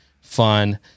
fun